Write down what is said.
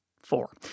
Four